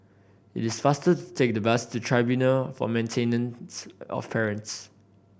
it is faster to take the bus to Tribunal for Maintenance of Parents